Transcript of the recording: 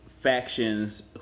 factions